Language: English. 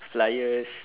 fliers